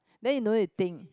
then you no need to think